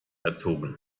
erzogen